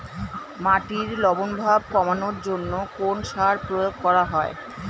মাটির লবণ ভাব কমানোর জন্য কোন সার প্রয়োগ করা হয়?